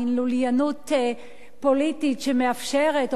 מין לוליינות פוליטית שמאפשרת,